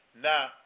Now